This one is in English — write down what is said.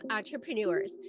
Entrepreneurs